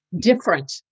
different